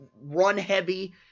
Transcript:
run-heavy